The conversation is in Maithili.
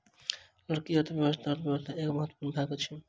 लकड़ी अर्थव्यवस्था अर्थव्यवस्थाक एक महत्वपूर्ण भाग अछि